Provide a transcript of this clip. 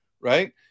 right